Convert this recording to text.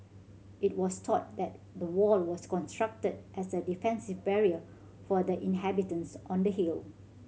it was thought that the wall was constructed as a defensive barrier for the inhabitants on the hill